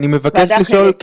אני מבקש לשאול,